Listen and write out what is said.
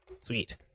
Sweet